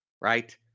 Right